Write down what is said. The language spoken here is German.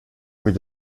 mit